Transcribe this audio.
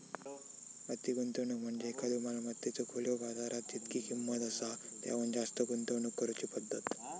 अति गुंतवणूक म्हणजे एखाद्यो मालमत्तेत खुल्यो बाजारात जितकी किंमत आसा त्याहुन जास्त गुंतवणूक करुची पद्धत